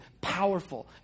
powerful